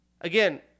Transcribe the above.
Again